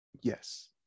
Yes